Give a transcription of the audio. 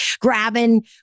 grabbing